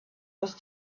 was